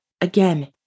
again